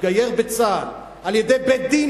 התגייר בצה"ל על-ידי בית-דין,